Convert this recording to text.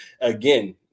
again